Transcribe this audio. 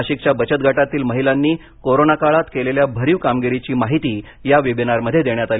नाशिकच्या बचत गटातील महिलांनी करोना काळात केलेल्या भरिव कामगिरीची माहिती या वेबिनारमध्ये देण्यात आली